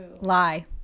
lie